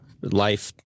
life